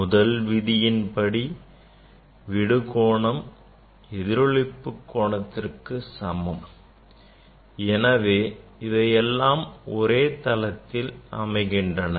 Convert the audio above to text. முதல் விதியின்படி விடுகோணம் எதிரொளிப்பு கோணத்திற்கு சமம் எனவே இவை எல்லாம் ஒரே தளத்தில் அமைகின்றன